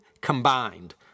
combined